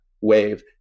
wave